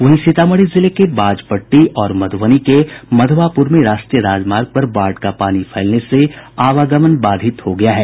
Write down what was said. वहीं सीतामढ़ी जिले को बाजपट्टी और मधुबनी के मधवापुर में राष्ट्रीय राजमार्ग पर बाढ़ का पानी फैलने से आवागमन बाधित हो गया है